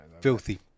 Filthy